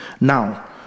Now